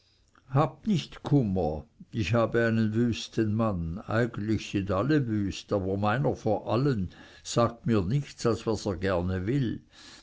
habt nicht kummer ich habe einen wüsten mann eigentlich sind alle wüst aber meiner vor allen sagt mir nichts als was er gerne will